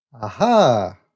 Aha